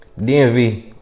DMV